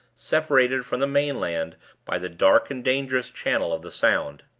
separated from the mainland by the dark and dangerous channel of the sound.